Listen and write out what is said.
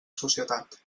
societat